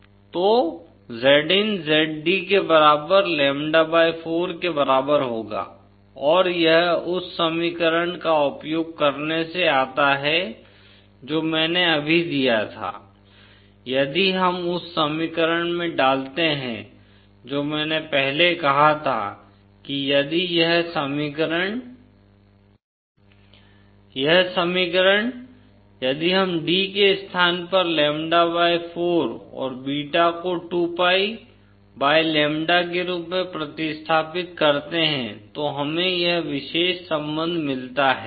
तो Zin Zd के बराबर लैम्ब्डा 4 के बराबर होगा और यह उस समीकरण का उपयोग करने से आता है जो मैंने अभी दिया था यदि हम उस समीकरण में डालते हैं जो मैंने पहले कहा था कि यदि यह समीकरण VxVe yxV eyx IxVZ0e yx VZ0 eyx ZdVIZ0 ZljZ0tan βd Z0jZltan βd यह समीकरण यदि हम d के स्थान पर lambda 4 और बीटा को 2pi lambda के रूप में प्रतिस्थापित करते हैं तो हमें यह विशेष संबंध मिलता है